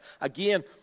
Again